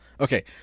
Okay